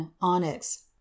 Onyx